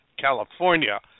California